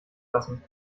lassen